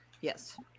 Yes